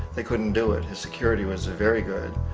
they couldn't do it. his security was very good.